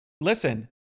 listen